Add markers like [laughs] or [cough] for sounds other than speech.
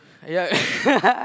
yeah [laughs]